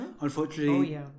Unfortunately